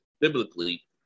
biblically